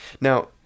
Now